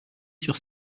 sur